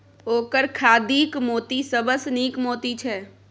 ओकर खाधिक मोती सबसँ नीक मोती छै